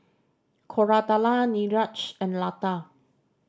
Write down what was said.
Koratala Niraj and Lata